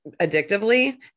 addictively